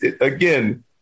again